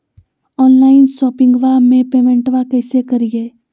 Online शोपिंगबा में पेमेंटबा कैसे करिए?